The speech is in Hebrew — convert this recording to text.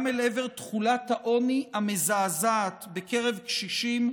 אל תחולת העוני המזעזעת בקרב קשישים,